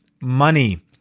money